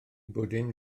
bwdin